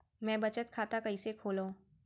मै बचत खाता कईसे खोलव?